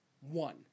one